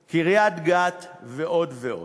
קריית-גת, ועוד ועוד.